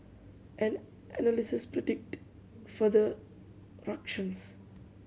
and analysts predict further ructions